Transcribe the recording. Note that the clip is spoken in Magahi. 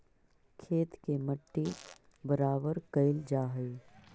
खेत के मट्टी बराबर कयल जा हई